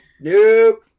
Nope